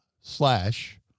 slash